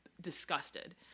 disgusted